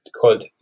called